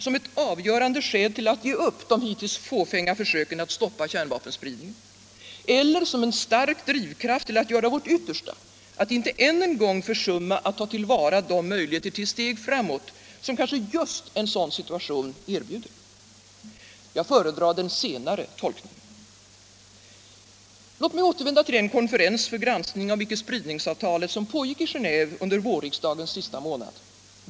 Som ett avgörande skäl till att ge upp de hittills fåfänga försöken att stoppa kärnvapenspridningen eller som en stark drivkraft till att göra vårt yttersta att inte än en gång försumma att ta till vara de möjligheter till steg framåt som kanske just en sådan situation erbjuder? Jag föredrar den senare tolkningen. Låt mig återvända till den konferens för granskning av icke-spridningsavtalet som pågick i Genéve under vårriksdagens sista månad.